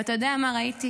אתה יודע מה ראיתי?